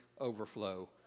Overflow